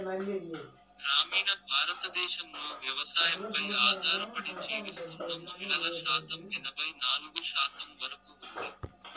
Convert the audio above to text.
గ్రామీణ భారతదేశంలో వ్యవసాయంపై ఆధారపడి జీవిస్తున్న మహిళల శాతం ఎనబై నాలుగు శాతం వరకు ఉంది